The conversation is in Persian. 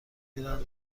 میرن